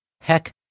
Heck